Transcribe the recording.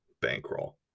bankroll